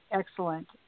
excellent